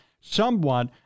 somewhat